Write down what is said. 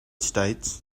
states